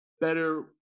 better